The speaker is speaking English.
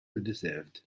deserved